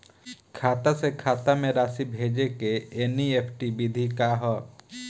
खाता से खाता में राशि भेजे के एन.ई.एफ.टी विधि का ह?